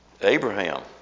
Abraham